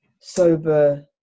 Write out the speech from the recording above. sober